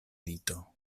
lito